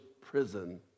prison